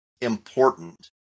important